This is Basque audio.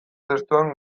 testuan